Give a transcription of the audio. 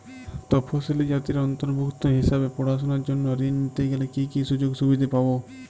তফসিলি জাতির অন্তর্ভুক্ত হিসাবে পড়াশুনার জন্য ঋণ নিতে গেলে কী কী সুযোগ সুবিধে পাব?